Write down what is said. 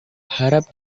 harap